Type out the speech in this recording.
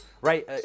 right